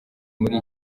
muri